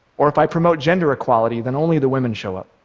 or if i promote gender equality, then only the women show up.